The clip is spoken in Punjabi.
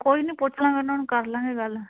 ਕੋਈ ਨਹੀਂ ਪੁੱਛ ਲਵਾਂਗੇ ਉਹਨਾਂ ਨੂੰ ਕਰ ਲਵਾਂਗੇ ਗੱਲ